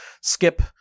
skip